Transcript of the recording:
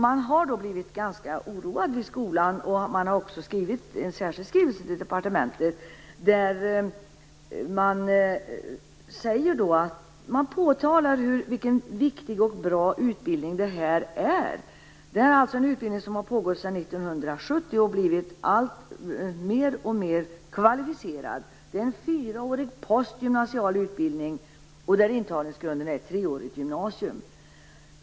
De har blivit ganska oroade på skolan, och de har också skrivit en särskild skrivelse till departementet där de påtalar vilken viktig och bra utbildning detta är. Det är alltså en utbildning som har pågått sedan 1970 och blivit mer och mer kvalificerad. Det är en fyraårig postgymnasial utbildning där intagningsgrunden är treårigt gymnasium.